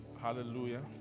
Hallelujah